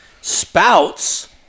spouts